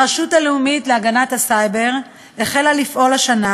הרשות הלאומית להגנת הסייבר החלה לפעול השנה,